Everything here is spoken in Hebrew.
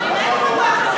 אין לך?